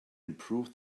improves